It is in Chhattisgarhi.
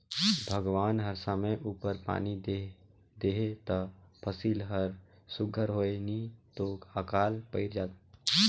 भगवान हर समे उपर पानी दे देहे ता फसिल हर सुग्घर होए नी तो अकाल पइर जाए